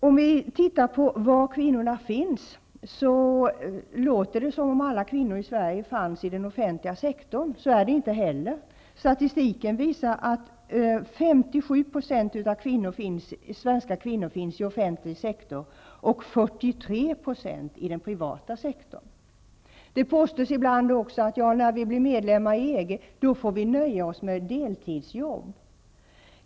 När man ser på var kvinnorna finns låter det som om alla kvinnor i Sverige fanns inom den offentliga sektorn. Så är det inte heller. Statistiken visar att 57 % av svenska kvinnor finns inom offentlig sektor och 43 % inom den privata sektorn. Det påstås ibland också att vi när vi blir medlemmar i EG får nöja oss med deltidsjobb.